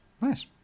Nice